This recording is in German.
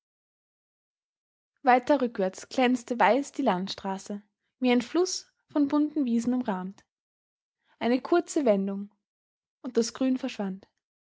weiter rückwärts glänzte weiß die landstraße wie ein fluß von bunten wiesen umrahmt eine kurze wendung und das grün verschwand